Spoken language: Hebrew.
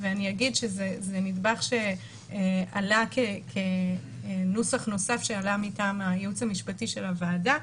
ואני אגיד שזה נדבך שעלה כנוסח נוסף מטעם הייעוץ המשפטי של הוועדה,